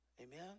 Amen